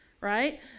right